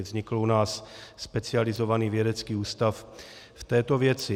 Vznikl u nás specializovaný vědecký ústav v této věci.